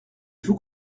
vous